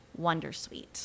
Wondersuite